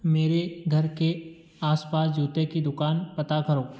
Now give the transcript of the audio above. मेरे घर के आस पास जूते की दुकान पता करो